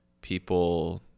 people